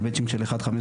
על מצ'ינג של אחד חמש,